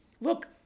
look